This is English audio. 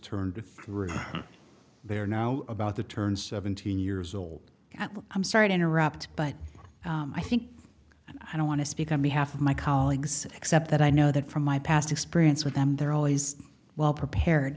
three they are now about the turn seventeen years old i'm sorry to interrupt but i think i don't want to speak on behalf of my colleagues except that i know that from my past experience with them they're always well prepared